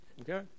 Okay